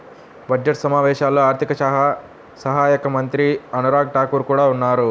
budget సమావేశాల్లో ఆర్థిక శాఖ సహాయక మంత్రి అనురాగ్ ఠాకూర్ కూడా ఉన్నారు